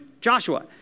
Joshua